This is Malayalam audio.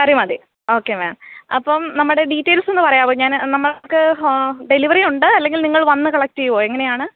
കറി മതി ഓക്കെ മാം അപ്പം നമ്മുടെ ഡീറ്റൈൽസൊന്നു പറയാവോ ഞാൻ നമുക്ക് ഹോ ഡെലിവറി ഉണ്ട് അല്ലെങ്കിൽ നിങ്ങൾ വന്ന് കളക്റ്റ് ചെയ്യുവോ എങ്ങനെയാണ്